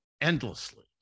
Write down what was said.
endlessly